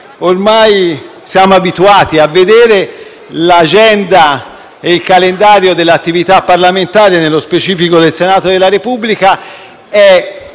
ormai siamo abituati a vedere, il calendario dell'attività parlamentare (nello specifico, quello del Senato della Repubblica)